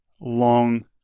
long